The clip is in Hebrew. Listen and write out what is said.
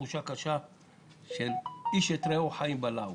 תחושה קשה של איש את רעהו חיים בלעו.